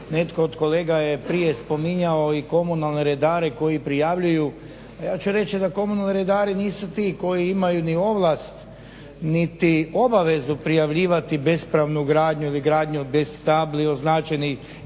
Netko od kolega je prije spominjao i komunalne redare koji prijavljuju a ja ću reći da komunalni redari nisu ti koji imaju ni ovlast niti obavezu prijavljivati bespravnu gradnju ili gradnju bez tabli označenih itd., da je